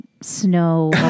snow